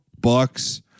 Bucks